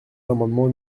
l’amendement